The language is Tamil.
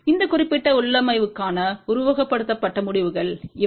எனவே இந்த குறிப்பிட்ட உள்ளமைவுக்கான உருவகப்படுத்தப்பட்ட முடிவுகள் இவை